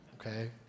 Okay